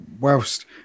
whilst